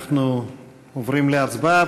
אנחנו עוברים להצבעה.